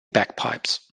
bagpipes